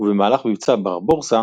ובמהלך מבצע ברברוסה